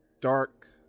Dark